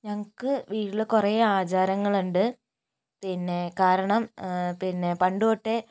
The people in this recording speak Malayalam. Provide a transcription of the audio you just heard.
ഞങ്ങൾക്ക് വീട്ടില് കുറേ ആചാരങ്ങളുണ്ട് പന്നെ കാരണം പിന്നെ പണ്ടുതൊട്ടേ